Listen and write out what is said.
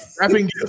Rapping